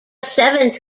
seventh